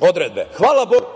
odredbe. Hvala bogu,